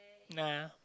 nah